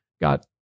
got